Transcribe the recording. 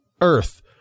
Earth